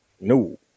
No